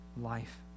life